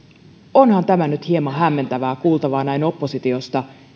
onhan tämä nyt hieman hämmentävää kuultavaa näin oppositiosta